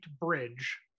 bridge